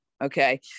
okay